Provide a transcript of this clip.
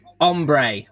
ombre